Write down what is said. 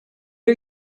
are